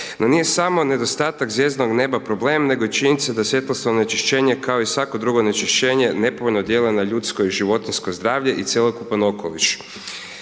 No, nije samo nedostatak zvjezdanog neba problem, nego i činjenica da svjetlosno onečišćenje, kao i svako drugo onečišćenje, nepovoljno djeluje na ljudsko i životinjsko zdravlje i cjelokupan okoliš.